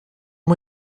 moi